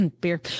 beer